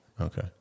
Okay